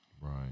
Right